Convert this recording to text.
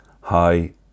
high